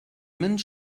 minh